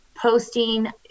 Posting